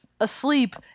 asleep